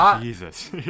Jesus